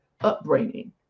upbringing